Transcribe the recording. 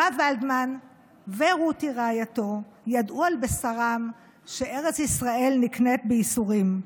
הרב ולדמן ורותי רעייתו ידעו על בשרם שארץ ישראל נקנית בייסורים.